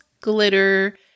glitter